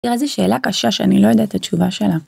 ‫תראה איזה שאלה קשה ‫שאני לא יודעת התשובה שלה.